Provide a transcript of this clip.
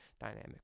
dynamic